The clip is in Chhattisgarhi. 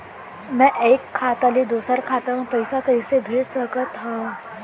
मैं एक खाता ले दूसर खाता मा पइसा कइसे भेज सकत हओं?